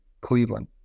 Cleveland